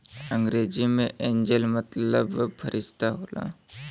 अंग्रेजी मे एंजेल मतलब फ़रिश्ता होला